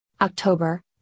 october